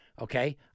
okay